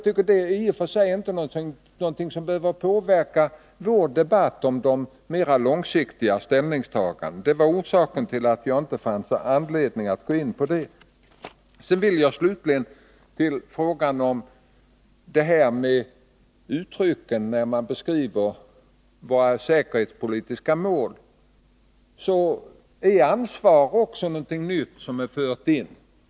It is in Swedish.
Det behöver således i och för sig inte påverka vår debatt om de "mera långsiktiga ställningstagandena. Därför gick jag inte in på dessa saker. Slutligen något om uttrycken när det gäller att beskriva våra säkerhetspolitiska mål. Ordet ”ansvar” är också något nytt i detta sammanhang.